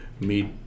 meet